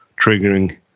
triggering